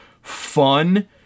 fun